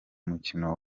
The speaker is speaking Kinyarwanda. mukino